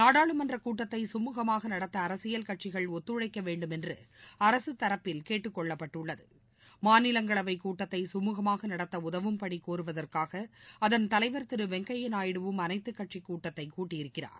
நாடாளுமன்ற கூட்டத்தை சுமுகமாக நடத்த அரசியல் கட்சிகள் ஒத்துழைக்க வேண்டும் என்று அரசு தரப்பில் கேட்டுக்கொள்ளப்படும் மாநிலங்களவை கூட்டத்தை கமுகமாக நடத்த உதவும்படி கோருவதற்காக அதன் தலைவர் திரு வெங்கய்யா நாயுடுவும் அனைத்துக் கட்சிக் கூட்டத்தை கூட்டியிருக்கிறார்